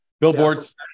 Billboards